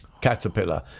caterpillar